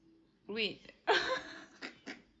wait